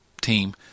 team